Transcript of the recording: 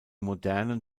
modernen